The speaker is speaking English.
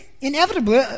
inevitably